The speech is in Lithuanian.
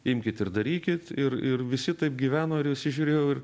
imkit ir darykit ir ir visi taip gyveno ir visi žiūrėjo ir